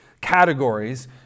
categories